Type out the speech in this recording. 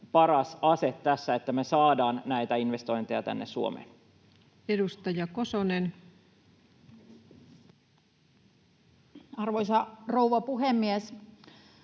paras ase tässä, niin että saadaan investointeja tänne Suomeen. Edustaja Kosonen. Arvoisa rouva puhemies!